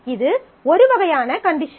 இது ஒரு வகையான கண்டிஷன்